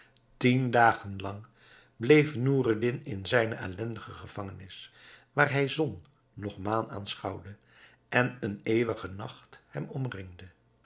tien dagen lang bleef noureddin in zijne ellendige gevangenis waar hij zon noch maan aanschouwde en eene eeuwige nacht hem omringde